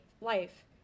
life